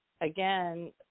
again